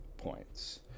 points